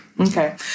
Okay